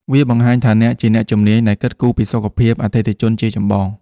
វាបង្ហាញថាអ្នកជាអ្នកជំនាញដែលគិតគូរពីសុខភាពអតិថិជនជាចម្បង។